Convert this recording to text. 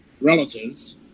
relatives